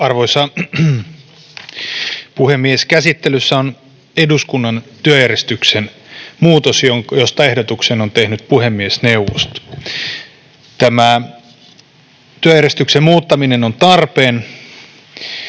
Arvoisa puhemies! Käsittelyssä on eduskunnan työjärjestyksen muutos, josta ehdotuksen on tehnyt puhemiesneuvosto. Tämä työjärjestyksen muuttaminen on tarpeen,